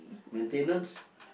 maintenance